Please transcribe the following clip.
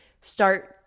start